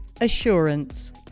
assurance